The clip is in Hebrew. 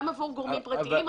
גם עבור גורמים פרטיים,